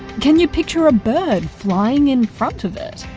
can you picture a bird flying in front of it?